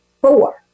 four